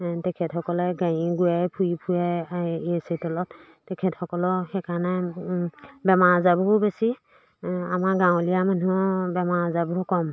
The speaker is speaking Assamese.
তেখেতসকলে গাড়ী ঘোৰাই ঘূৰি ফুৰে এ চি তলত তেখেতসকলৰ সেইকাৰণে বেমাৰ আজাৰবোৰ বেছি আমাৰ গাঁৱলীয়া মানুহৰ বেমাৰ আজাবোৰ কম